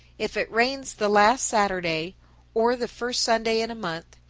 if it rains the last saturday or the first sunday in a month,